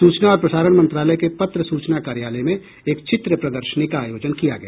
सूचना और प्रसारण मंत्रालय के पत्र सूचना कार्यालय में एक चित्र प्रदर्शनी का आयोजन किया गया